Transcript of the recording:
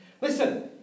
listen